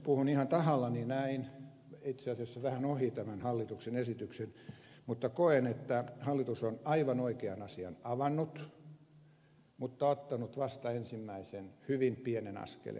puhun ihan tahallani näin itse asiassa vähän ohi tämän hallituksen esityksen mutta koen että hallitus on aivan oikean asian avannut mutta ottanut vasta ensimmäisen hyvin pienen askeleen